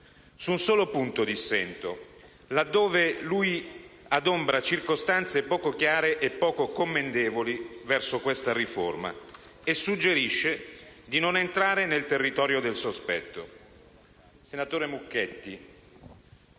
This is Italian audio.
Su un solo punto dissento, là dove, nell'adombrare circostanze poco chiare e commendevoli verso questa riforma, suggerisce di non entrare nel territorio del sospetto. Senatore Mucchetti,